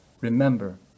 Remember